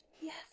Yes